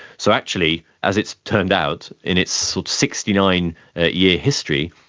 so actually, as it's turned out, in its sixty nine year history,